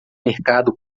mercado